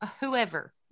whoever